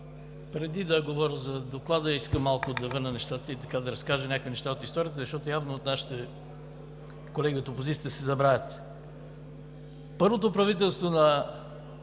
преди да говоря за Доклада, искам малко да върна нещата и да разкажа някои неща от историята, защото явно от нашите колеги от опозицията се забравят. Първото правителство на